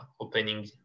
opening